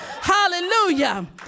hallelujah